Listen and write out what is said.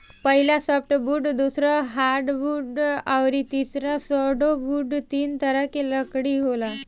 पहिला सॉफ्टवुड दूसरा हार्डवुड अउरी तीसरा सुडोवूड तीन तरह के लकड़ी होला